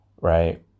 right